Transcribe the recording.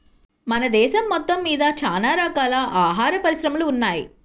మన దేశం మొత్తమ్మీద చానా రకాల ఆహార పరిశ్రమలు ఉన్నయ్